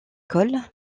cols